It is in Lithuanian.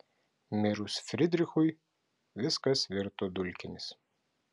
mirus frydrichui viskas virto dulkėmis